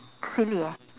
silly eh